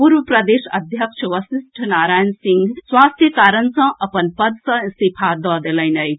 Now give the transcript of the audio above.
पूर्व प्रदेश अध्यक्ष वशिष्ठ नारायण सिंह स्वास्थ्य कारण सँ अपन पद सँ इस्तीफा दऽ देलनि अछि